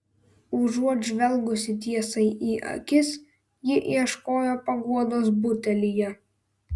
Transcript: užuot žvelgusi tiesai į akis ji ieškojo paguodos butelyje